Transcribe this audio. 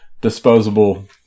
disposable